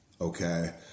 okay